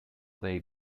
they